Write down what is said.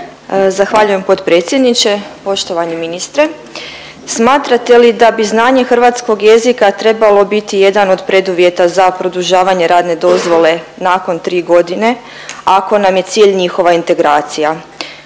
Zahvaljujem potpredsjedniče. Poštovani ministre. Smatrate li da bi znanje hrvatskog jezika trebalo biti jedan od preduvjeta za produžavanje radne dozvole nakon 3 godine, ako nam je cilj njihova integracija?